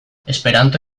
esperanto